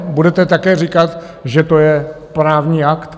Budete také říkat, že to je právní akt?